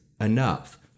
enough